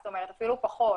זאת אומרת, אפילו פחות.